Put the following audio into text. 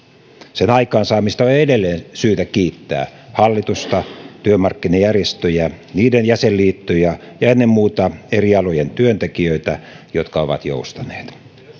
sen aikaansaamisesta on edelleen syytä kiittää hallitusta työmarkkinajärjestöjä niiden jäsenliittoja ja ennen muuta eri alojen työntekijöitä jotka ovat joustaneet